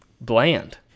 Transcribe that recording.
bland